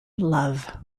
love